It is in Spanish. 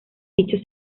dichos